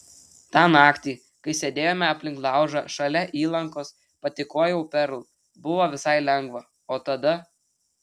tą naktį kai sėdėjome aplink laužą šalia įlankos patykojau perl buvo visai lengva o tada